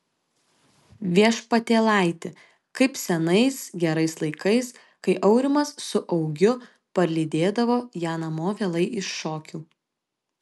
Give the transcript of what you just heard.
viešpatėlaiti kaip senais gerais laikais kai aurimas su augiu parlydėdavo ją namo vėlai iš šokių